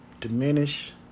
diminish